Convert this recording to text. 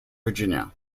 virginia